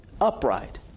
upright